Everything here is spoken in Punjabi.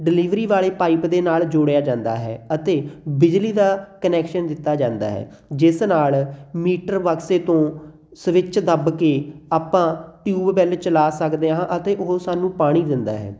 ਡਿਲੀਵਰੀ ਵਾਲੇ ਪਾਈਪ ਦੇ ਨਾਲ ਜੋੜਿਆ ਜਾਂਦਾ ਹੈ ਅਤੇ ਬਿਜਲੀ ਦਾ ਕਨੈਕਸ਼ਨ ਦਿੱਤਾ ਜਾਂਦਾ ਹੈ ਜਿਸ ਨਾਲ ਮੀਟਰ ਬਕਸੇ ਤੋਂ ਸਵਿੱਚ ਦੱਬ ਕੇ ਆਪਾਂ ਟਿਊਬਵੈੱਲ ਚਲਾ ਸਕਦੇ ਹਾਂ ਅਤੇ ਉਹ ਸਾਨੂੰ ਪਾਣੀ ਦਿੰਦਾ ਹੈ